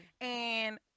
And-